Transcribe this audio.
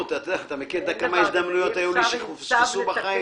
אתה יודע כמה הזדמנויות היו לי שפוספסו בחיים.